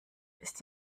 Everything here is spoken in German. ist